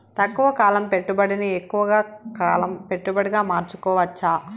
తక్కువ కాలం పెట్టుబడిని ఎక్కువగా కాలం పెట్టుబడిగా మార్చుకోవచ్చా?